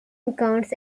accounts